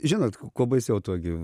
žinot kuo baisiau tuo gi